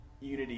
unity